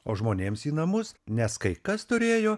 o žmonėms į namus nes kai kas turėjo